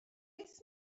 beth